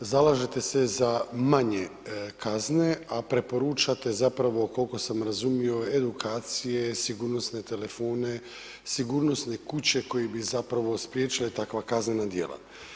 Zalažete se za manje kazne, a preporučate zapravo koliko sam razumio, edukacije, sigurnosne telefone, sigurnosne kuće koje bi zapravo spriječila takva kaznena djela.